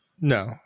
No